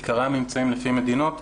עיקרי הממצאים לפי מדינות: